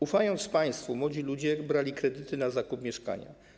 Ufając państwu, młodzi ludzie brali kredyty na zakup mieszkania.